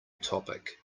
topic